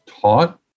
taught